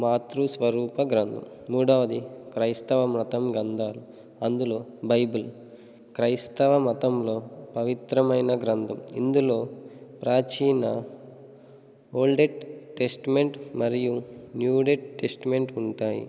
మాతృ స్వరూప గ్రంథం మూడవది క్రైస్తవ మతం గ్రంథాలు అందులో బైబిల్ క్రైస్తవ మతంలో పవిత్రమైన గ్రంథం ఇందులో ప్రాచీన ఓల్డ్ టెస్టమెంట్ మరియు న్యూ టెస్టమెంట్ ఉంటాయి